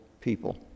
people